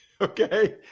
Okay